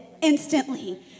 instantly